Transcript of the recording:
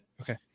Okay